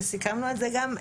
וסיכמנו את זה גם,